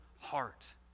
heart